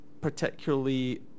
particularly